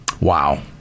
Wow